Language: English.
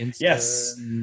yes